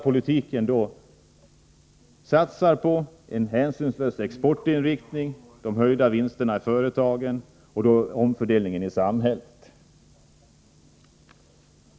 Man satsar på en hänsynslös exportinriktning, höjda vinster i företagen och därmed följande omfördelning i samhället.